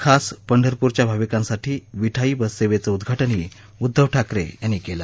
खास पंढरपूरच्या भाविकांसाठी विठाई बससेवेचं उद्दाटनही उद्दव ठाकरे यांनी केलं